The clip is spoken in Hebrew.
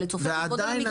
ולצופף עוד מגרשים.